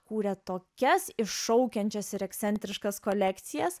kūrė tokias iššaukiančias ir ekscentriškas kolekcijas